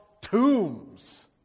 tombs